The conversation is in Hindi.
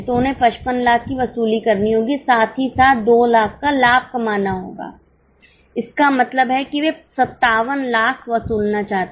तो उन्हें 55 लाख की वसूली करनी होगी और साथ ही 2 लाख का लाभ कमाना होगा इसका मतलब है कि वे 57 लाख वसूलना चाहते हैं